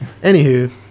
Anywho